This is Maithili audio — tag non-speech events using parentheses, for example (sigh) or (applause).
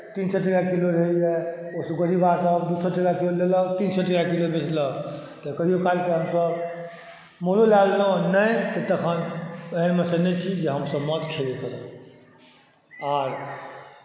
तीन सए टके किलो रहैए (unintelligible) सभ दू सए टके किलो बेचलक तीन सए टके किलो बेचलक तऽ कहिओ कालके हमसभ मोलो लए लेलहुँ नहि तऽ तखन ओहनमेसँ नहि छी जे हमसभ माछ खयबे करी आओर